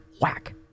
whack